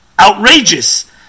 outrageous